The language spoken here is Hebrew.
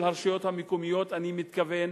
של הרשויות המקומיות, אני מתכוון.